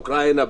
אוקרינה,